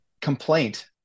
complaint